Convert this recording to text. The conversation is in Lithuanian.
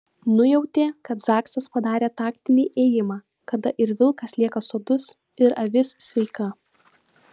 nujautė kad zaksas padarė taktinį ėjimą kada ir vilkas lieka sotus ir avis sveika